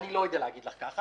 אני לא יודע להגיד כך.